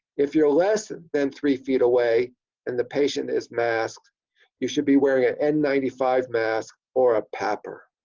if you're less and than three feet away and the patient is masked you should be wearing an n nine five mask or a papr.